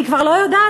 אני כבר לא יודעת,